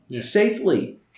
safely